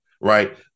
right